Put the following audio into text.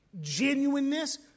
genuineness